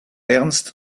ernst